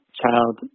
child